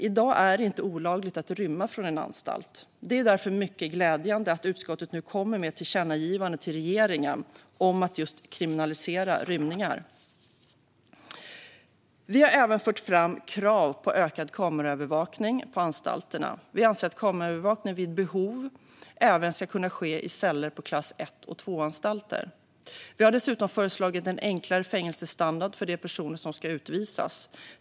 I dag är det inte olagligt att rymma från en anstalt. Det är därför mycket glädjande att utskottet nu kommer med ett tillkännagivande till regeringen om att just kriminalisera rymningar. Vi har även fört fram krav på ökad kameraövervakning på anstalterna. Vi anser att kameraövervakning vid behov även ska kunna ske i celler på klass l och 2-anstalter. Vi har dessutom föreslagit en enklare fängelsestandard för de personer som ska utvisas.